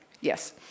Yes